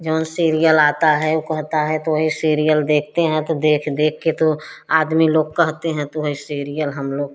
zone serial आता है उ कहता है तो वही सीरियल देखते हैं तो देख देख के तो आदमी लोग कहते हैं तो वही सीरियल हम लोग